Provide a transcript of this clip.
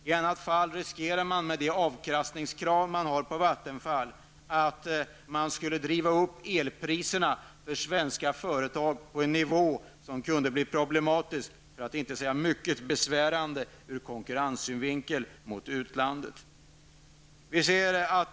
I annat fall riskerar man, med de avkastningskrav som Vattenfall har, att driva upp elpriserna för svenska företag till en nivå som kunde bli problematisk, för att inte säga mycket besvärande, i konkurrenshänseende gentemot utlandet.